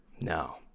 No